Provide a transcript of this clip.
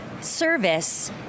service